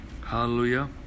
Hallelujah